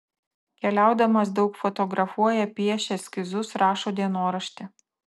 keliaudamas daug fotografuoja piešia eskizus rašo dienoraštį